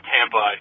Tampa